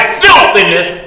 filthiness